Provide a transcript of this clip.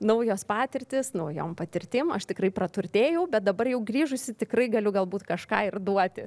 naujos patirtys naujom patirtim aš tikrai praturtėjau bet dabar jau grįžusi tikrai galiu galbūt kažką ir duoti